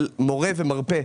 מורה ומרפא.